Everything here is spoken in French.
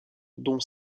dont